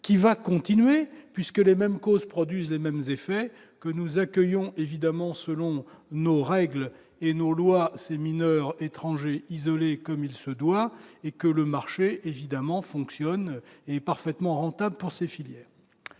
qui va continuer puisque les mêmes causes produisent les mêmes effets que nous accueillons évidemment selon nos règles et nos lois, ces mineurs étrangers isolés comme il se doit et que le marché évidemment fonctionne est parfaitement rentable pour filières